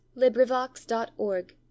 LibriVox.org